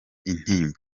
intimba